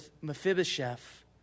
Mephibosheth